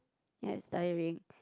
ya it's tiring